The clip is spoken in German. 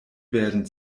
werden